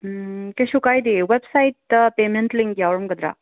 ꯀꯩꯁꯨ ꯀꯥꯏꯗꯦ ꯋꯦꯕꯁꯥꯏ꯭ꯇꯇ ꯄꯦꯃꯦꯟ ꯂꯤꯡ꯭ꯛ ꯌꯥꯎꯔꯝꯒꯗ꯭ꯔ